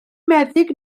meddyg